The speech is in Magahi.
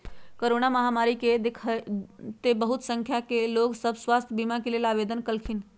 कोरोना महामारी के देखइते बहुते संख्या में लोग सभ स्वास्थ्य बीमा के लेल आवेदन कलखिन्ह